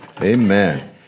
Amen